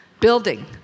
building